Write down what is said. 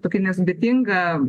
tokį nesudėtingą